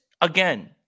again